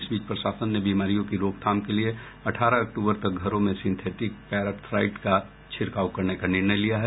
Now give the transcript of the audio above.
इस बीच प्रशासन ने बीमारियों की रोकथाम के लिए अठारह अक्तूबर तक घरों में सिंथेटिक पैराथ्राईड का छिड़काव करने का निर्णय लिया है